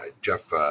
Jeff